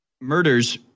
murders